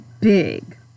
big